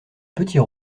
petits